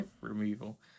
removal